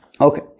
Okay